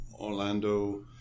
Orlando